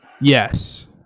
Yes